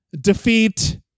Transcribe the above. defeat